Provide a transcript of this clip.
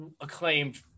acclaimed